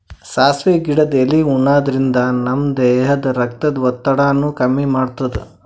ಸಾಸ್ವಿ ಗಿಡದ್ ಎಲಿ ಉಣಾದ್ರಿನ್ದ ನಮ್ ದೇಹದ್ದ್ ರಕ್ತದ್ ಒತ್ತಡಾನು ಕಮ್ಮಿ ಮಾಡ್ತದ್